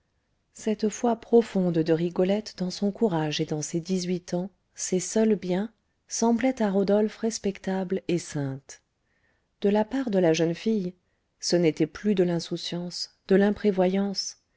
cette foi profonde de rigolette dans son courage et dans ses dix-huit ans ses seuls biens semblait à rodolphe respectable et sainte de la part de la jeune fille ce n'était plus de l'insouciance de l'imprévoyance